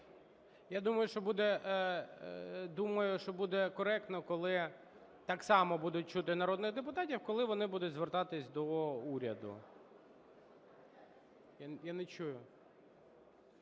Я думаю, що буде коректно, коли так само будуть чути народних депутатів, коли вони будуть звертатись до уряду. (Шум у